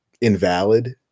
invalid